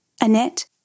Annette